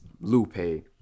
Lupe